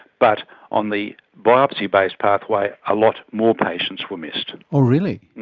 but on the biopsy-based pathway a lot more patients were missed. oh really?